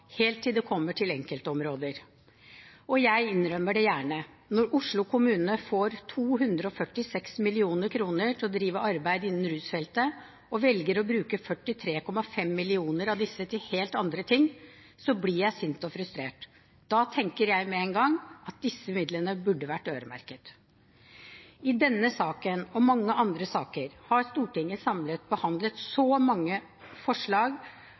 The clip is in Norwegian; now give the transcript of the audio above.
helt til det kommer til enkeltområder. Jeg innrømmer det gjerne: Når Oslo kommune får 246 mill. kr til å drive arbeid innen rusfeltet og velger å bruke 43,5 mill. kr av disse til helt andre ting, blir jeg sint og frustrert. Da tenker jeg med en gang at disse midlene burde vært øremerket. I denne saken og mange andre saker har Stortinget samlet behandlet så mange forslag